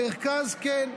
כן,